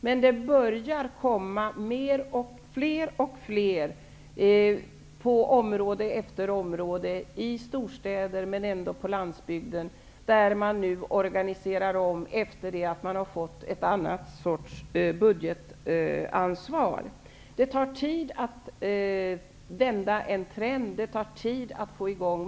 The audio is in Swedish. Men det börjar komma fler och fler på område efter område i storstäder och på landsbygden. Efter det att det nu har givits ett annat slags budgetansvar sker omorganiseringar. Det tar tid att vända en trend.